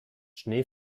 schnee